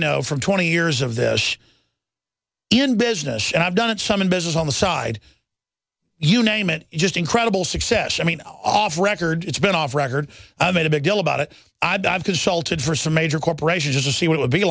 know from twenty years of this in business and i've done it some in business on the side you name it just incredible success i mean off record it's been off record made a big deal about it i dive consulted for some major corporations to see what would be